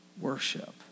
worship